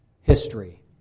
history